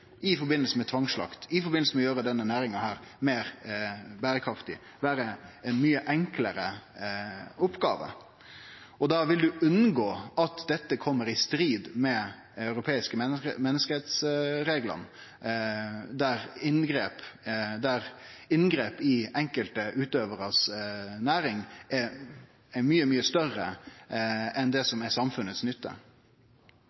i forbindelse med tvangsslakt, i forbindelse med å gjere denne næringa meir berekraftig, vere ei mykje enklare oppgåve. Da vil ein unngå at dette kjem i strid med dei europeiske menneskerettsreglane, og at inngrep i næringa til enkelte utøvarar blir mykje, mykje større enn det